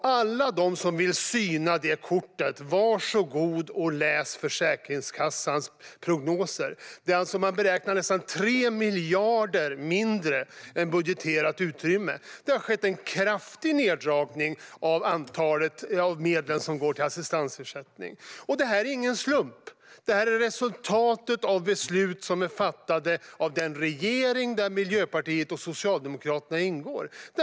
Alla de som vill syna det kortet, varsågod och läs Försäkringskassans prognoser. Man beräknar nästan 3 miljarder mindre än budgeterat utrymme. Det har skett en kraftig neddragning av medlen som går till assistansersättning. Det är ingen slump. Det är resultatet av beslut som är fattade av den regering där Miljöpartiet och Socialdemokraterna ingår.